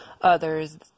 others